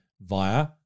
via